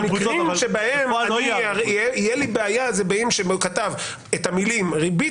המקרים בהם תהיה לי בעיה אם הוא כתב את המילים ריבית